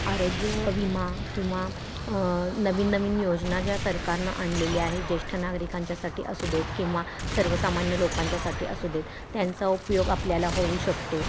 आरोग्य विमा किंवा नवीन नवीन योजना ज्या सरकारनं आणलेल्या आहे ज्येष्ठ नागरिकांच्यासाठी असू देत किंवा सर्वसामान्य लोकांच्यासाठी असू देत त्यांचा उपयोग आपल्याला होऊ शकतो